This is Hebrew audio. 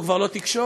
זו כבר לא תקשורת.